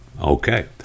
Okay